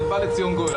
ובא לציון גואל,